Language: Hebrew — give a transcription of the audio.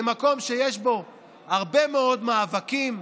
זה מקום שיש בו הרבה מאוד מאבקים,